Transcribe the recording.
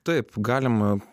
taip galima